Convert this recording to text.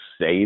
say